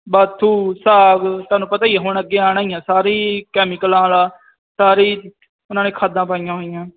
ਬਾਥੂ ਸਾਗ ਤੁਹਾਨੂੰ ਪਤਾ ਹੀ ਆ ਹੁਣ ਅੱਗੇ ਆਉਣਾ ਹੀ ਆ ਸਾਰੀ ਕੈਮੀਕਲ ਵਾਲਾ ਸਾਰੀ ਉਹਨਾਂ ਨੇ ਖਾਦਾਂ ਪਾਈਆਂ ਹੋਈਆਂ